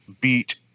beat